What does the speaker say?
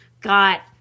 got